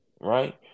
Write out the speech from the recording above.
right